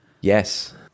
Yes